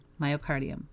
myocardium